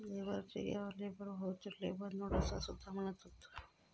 labour cheque याका labour voucher, labour notes असा सुद्धा म्हणतत